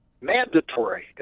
mandatory